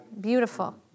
Beautiful